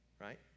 right